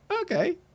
okay